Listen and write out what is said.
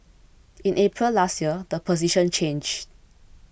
in April last year the position changed